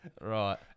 Right